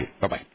Bye-bye